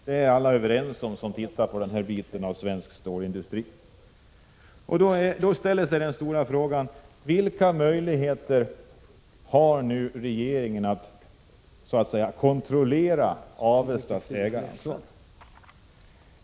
Detta är alla som tittar på denna bit av svensk stålindustri överens om. Den stora frågan är vilka möjligheter regeringen har att så att säga kontrollera Avestas ägaransvar.